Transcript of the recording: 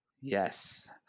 Yes